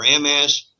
MS